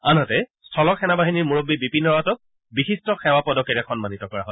আনহাতে স্থল সেনাবাহিনীৰ মুৰববী বিপিন ৰাৱটক বিশিষ্ট সেৱা পদকেৰে সন্মানিত কৰা হয়